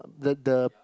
the the